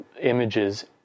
images